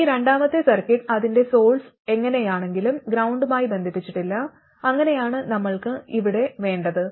ഈ രണ്ടാമത്തെ സർക്യൂട്ട് അതിന്റെ സോഴ്സ് എങ്ങനെയാണെങ്കിലും ഗ്രൌണ്ടുമായി ബന്ധിപ്പിച്ചിട്ടില്ല അങ്ങനെയാണ് നമ്മൾക്ക് ഇവിടെ വേണ്ടത്